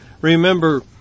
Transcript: Remember